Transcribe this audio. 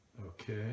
okay